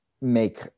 make